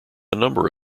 number